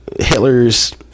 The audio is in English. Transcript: Hitler's